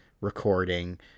recording